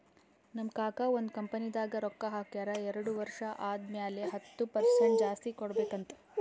ನಮ್ ಕಾಕಾ ಒಂದ್ ಕಂಪನಿದಾಗ್ ರೊಕ್ಕಾ ಹಾಕ್ಯಾರ್ ಎರಡು ವರ್ಷ ಆದಮ್ಯಾಲ ಹತ್ತ್ ಪರ್ಸೆಂಟ್ ಜಾಸ್ತಿ ಕೊಡ್ಬೇಕ್ ಅಂತ್